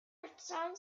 henderson